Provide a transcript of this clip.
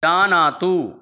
जानातु